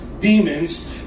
demons